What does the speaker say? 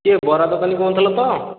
କିଏ ବରା ଦୋକାନୀ କହୁଥିଲ ତ